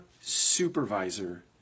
supervisor